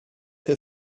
her